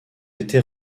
été